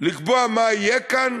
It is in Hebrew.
לקבוע מה יהיה כאן,